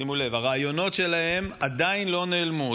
שימו לב, הרעיונות שלהם עדיין לא נעלמו.